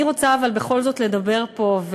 אני רוצה בכל זאת לדבר פה,